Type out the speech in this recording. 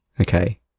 Okay